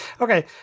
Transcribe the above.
Okay